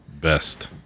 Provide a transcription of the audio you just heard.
best